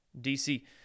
DC